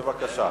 בבקשה,